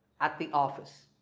at the office.